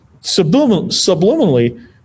Subliminally